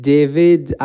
David